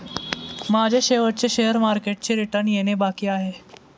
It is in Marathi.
माझे शेवटचे शेअर मार्केटचे रिटर्न येणे बाकी आहे